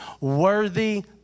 worthy